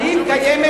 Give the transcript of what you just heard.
האם קיימת